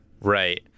right